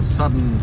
sudden